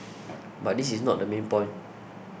but this is not the main point